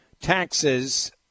Taxes